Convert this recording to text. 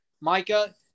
Micah